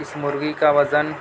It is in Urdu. اس مرغی کا وزن